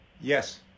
Yes